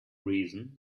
reason